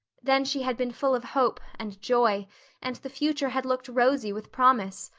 then she had been full of hope and joy and the future had looked rosy with promise.